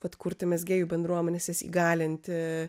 vat kurti mezgėjų bendruomenes jas įgalinti